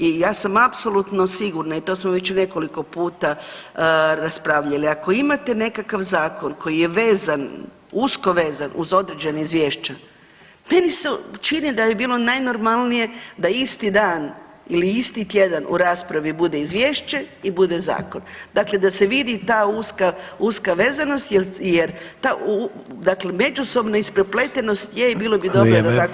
I ja sam apsolutno sigurna i to smo već nekoliko puta raspravljali, ako imate nekakav zakon koji je vezan, usko vezan uz određena izvješća meni se čini da bi bilo najnormalnije da isti dan ili isti tjedan u raspravi bude izvješće i bude zakon, dakle da se vidi ta uska, uska vezanost jer ta, dakle međusobna isprepletenost je i bilo bi dobro da tako bude i u raspravi.